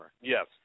Yes